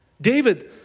David